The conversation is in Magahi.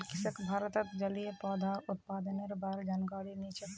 बिलकिसक भारतत जलिय पौधार उत्पादनेर बा र जानकारी नी छेक